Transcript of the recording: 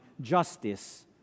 justice